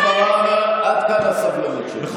חברת הכנסת מראענה, עד כאן הסבלנות שלי.